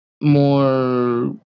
more